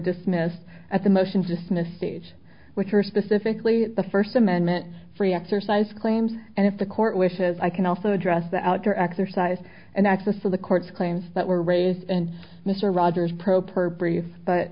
dismissed at the motions isna stage with her specifically the first amendment free exercise claims and if the court wishes i can also address the outdoor exercise and access of the courts claims that were raised and mr rogers pro per brief but